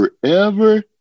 forever